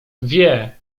wie